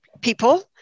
people